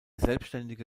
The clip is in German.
selbstständige